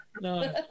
No